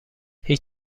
هیچ